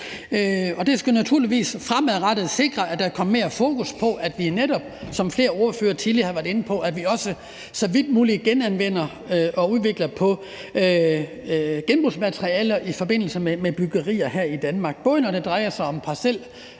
naturligvis fremadrettet sikre, at der kommer mere fokus på, at vi netop også, som flere ordførere har været inde på, så vidt muligt genanvender og udvikler genbrugsmaterialer i forbindelse med byggerier her i Danmark. Både når det drejer sig om